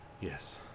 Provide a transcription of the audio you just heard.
Yes